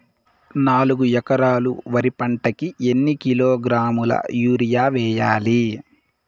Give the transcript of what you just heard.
నాలుగు ఎకరాలు వరి పంటకి ఎన్ని కిలోగ్రాముల యూరియ వేయాలి?